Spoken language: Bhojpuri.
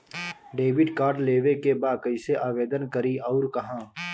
डेबिट कार्ड लेवे के बा कइसे आवेदन करी अउर कहाँ?